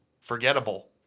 forgettable